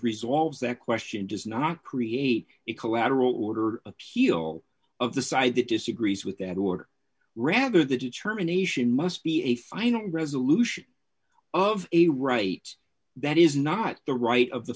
resolves that question does not create it collateral order appeal of the side that disagrees with that order rather the determination must be a final resolution of a right that is not the right of the